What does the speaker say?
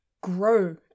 grow